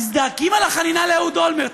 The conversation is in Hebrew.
מזדעקים על החנינה לאהוד אולמרט,